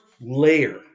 layer